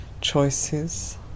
choices